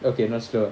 okay